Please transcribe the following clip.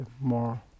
more